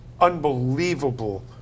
unbelievable